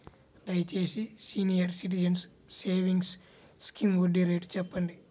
దయచేసి senior citizens savings scheme వడ్డీ rate చెప్పండి